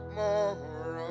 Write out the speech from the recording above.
more